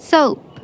Soap